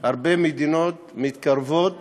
הרבה מדינות מתקרבות